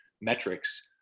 metrics